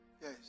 Yes